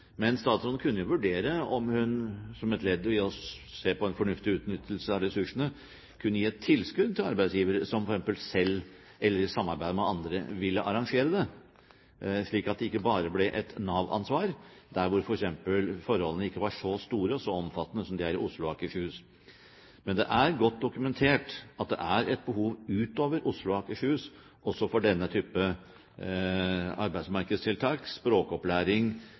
Men statsråden kunne jo vurdere om hun, som et ledd i å se på en fornuftig utnyttelse av ressursene, kunne gi et tilskudd til arbeidsgivere som selv eller i samarbeid med andre ville arrangere kurs, slik at det ikke bare ble et Nav-ansvar – f.eks. der hvor forholdene ikke er så store og så omfattende som de er Oslo og Akershus. Men det er godt dokumentert at det er et behov utover Oslo og Akershus også for denne type arbeidsmarkedstiltak, språkopplæring